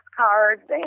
cards